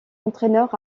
entraîneur